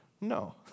No